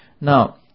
Now